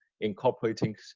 incorporating